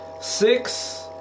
Six